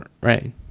Right